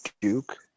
Duke